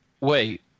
Wait